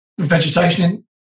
vegetation